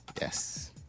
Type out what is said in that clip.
Yes